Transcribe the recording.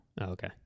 Okay